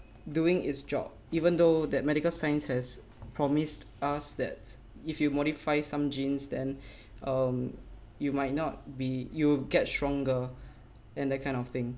doing its job even though that medical science has promised us that if you modify some genes then um you might not be you'll get stronger and that kind of thing